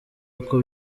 uko